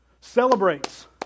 celebrates